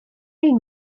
ein